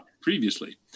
previously